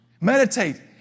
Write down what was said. Meditate